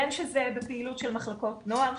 בין שזה בפעילות של מחלקות נוער,